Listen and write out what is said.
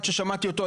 עד ששמעתי אותו,